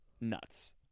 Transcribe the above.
Nuts